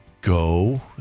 go